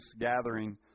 gathering